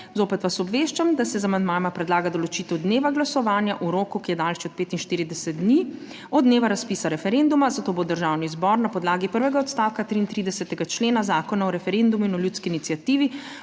Zopet vas obveščam, da se z amandmajema predlaga določitev dneva glasovanja v roku, ki je daljši od 45 dni od dneva razpisa referenduma, zato bo Državni zbor na podlagi prvega odstavka 33. člena Zakona o referendumu in o ljudski iniciativi